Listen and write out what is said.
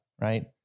right